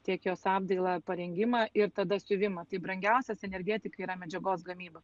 tiek jos apdailą parengimą ir tada siuvimą tai brangiausias energetikai yra medžiagos gamyba